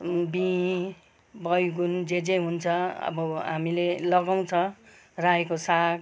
बिँही बैगुन जे जे हुन्छ अब हामीले लगाउँछ रायोको साग